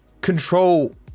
control